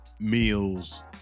meals